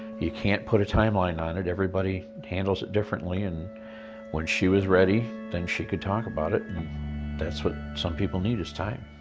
you can't put a timeline on it. everybody handles it differently and when she was ready, then she could talk about it and that's what some people need is time.